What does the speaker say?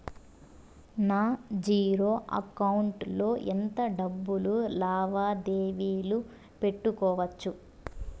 నా zero account లో ఎంత డబ్బులు లావాదేవీలు పెట్టుకోవచ్చు?